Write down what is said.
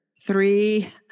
three